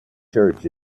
church